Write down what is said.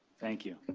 bthank you.